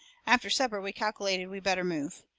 after supper we calculated we'd better move.